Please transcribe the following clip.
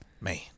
Man